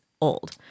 old